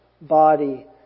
body